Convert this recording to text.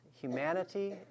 humanity